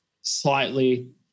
slightly